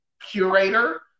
curator